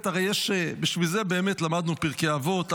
הרי יש, בשביל זה באמת למדנו פרקי אבות,